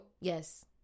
Yes